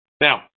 Now